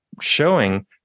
showing